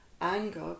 anger